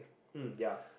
mm ya